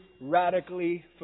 radically